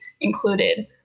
included